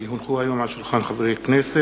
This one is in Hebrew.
כי הונחו היום על שולחן הכנסת,